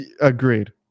Agreed